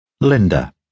Linda